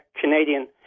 Canadian